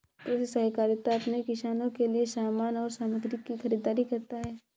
कृषि सहकारिता अपने किसानों के लिए समान और सामग्री की खरीदारी करता है